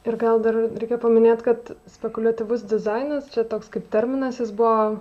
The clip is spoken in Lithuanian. ir gal dar reikia paminėt kad spekuliatyvus dizainas čia toks kaip terminas jis buvo